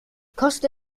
koste